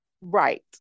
Right